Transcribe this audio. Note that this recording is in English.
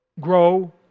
Grow